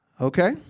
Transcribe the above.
Okay